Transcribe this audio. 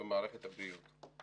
ובמערכת הבריאות.